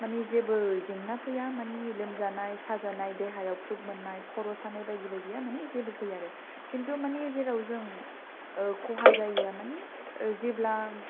मानि जेबो जेंना फैया मानि लोमजानाय साजानाय देहायाव ख्रुब मोननाय खर' सानाय बायदि बायदि जेबो फैया आरो खिनथु मानि जेराव जों खहा जायिया मानि जेब्ला